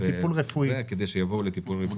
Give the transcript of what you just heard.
כדי שיבואו לטיפול רפואי.